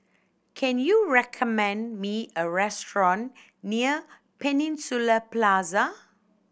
can you recommend me a restaurant near Peninsula Plaza